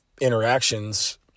interactions